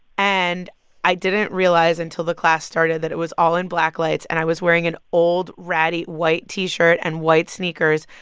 and i didn't realize until the class started that it was all in black lights, and i was wearing an old, ratty, white t-shirt and white sneakers.